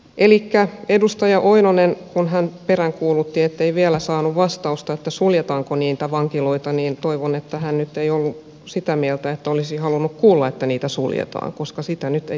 elikkä kun edustaja oinonen peräänkuulutti ettei vielä saanut vastausta suljetaanko niitä vankiloita niin toivon että hän nyt ei ollut sitä mieltä että olisi halunnut kuulla että niitä suljetaan koska sitä nyt ei tässä anneta